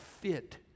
fit